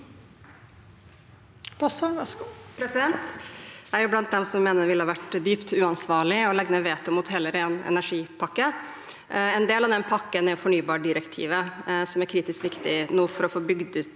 Jeg er blant dem som mener det ville vært dypt uansvarlig å legge ned veto mot hele ren energi-pakken. En del av den pakken er fornybardirektivet, som er kritisk viktig nå for å få bygd ut